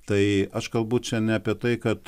tai aš kalbu čia ne apie tai kad